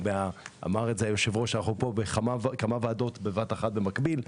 אנחנו חברים פה בכמה ועדות במקביל.